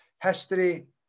history